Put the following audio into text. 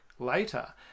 later